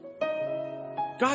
God